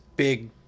Big